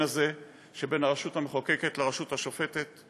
הזה שבין הרשות המחוקקת לרשות השופטת.